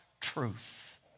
truth